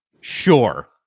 Sure